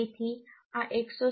તેથી આ 187